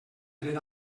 dret